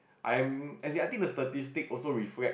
I'm as in I think statistic also reflect